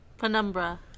Penumbra